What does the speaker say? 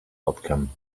outcome